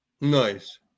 Nice